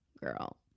Girl